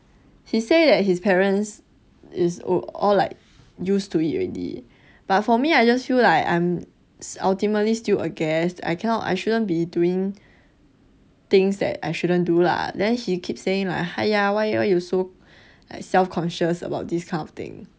he say that his parents is all like used to it already but for me I just feel like I'm ultimately still a guest I cannot I shouldn't be doing things that I shouldn't do lah then he keep saying !aiya! why ah why you so self conscious about this kind of thing